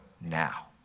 now